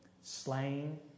slain